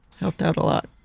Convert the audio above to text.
helped out a lot.